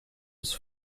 was